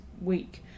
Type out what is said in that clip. week